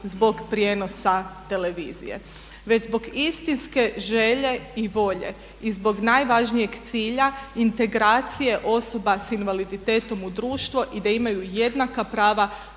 zbog prijenosa televizije već zbog istinske želje i volje i zbog najvažnijeg cilja integracije osoba sa invaliditetom u društvo i da imaju jednaka prava